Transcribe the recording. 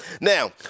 Now